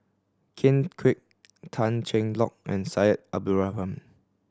Ken Kwek Tan Cheng Lock and Syed Abdulrahman